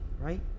right